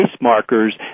markers